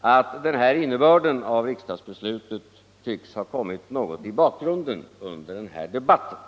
att den här innebörden av riksdagsbeslutet tycks ha kommit något i bakgrunden under debatten.